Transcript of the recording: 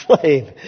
slave